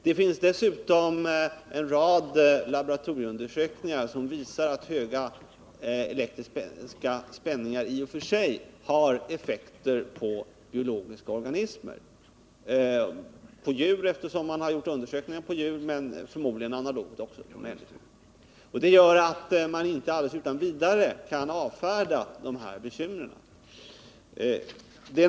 Det finns dessutom en rad laboratorieundersökningar som visar att höga elektriska spänningar i och för sig har effekter på biologiska organismer hos djur — detta på grund av att man har gjort undersökningar på djur — men förmodligen har de effekter på analogt sätt på människor. Det gör att man inte alldeles utan vidare kan avfärda dessa farhågor.